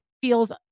feels